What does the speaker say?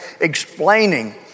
explaining